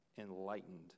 enlightened